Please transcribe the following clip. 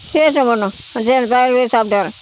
சரி சம்பூர்ணம் ஆ சரி பேக்கரிலே சாப்பிட்டு வர்றேன்